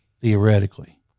theoretically